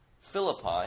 Philippi